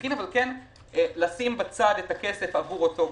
תקין אבל לשים את בצד את הכסף עבור אותו גוף,